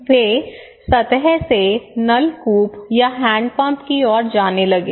वे सतह से नलकूप या हैंडपंप की ओर जाने लगे